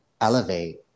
elevate